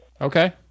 Okay